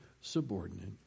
subordinate